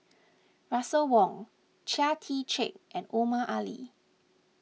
Russel Wong Chia Tee Chiak and Omar Ali